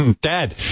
Dad